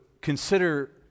consider